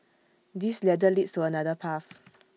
this ladder leads to another path